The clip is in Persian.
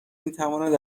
میتواند